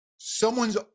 Someone's